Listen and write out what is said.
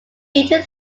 eaton